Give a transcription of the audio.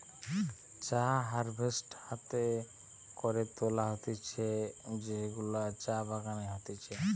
চা হারভেস্ট হাতে করে তুলা হতিছে যেগুলা চা বাগানে হতিছে